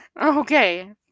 Okay